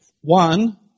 One